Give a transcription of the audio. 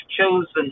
chosen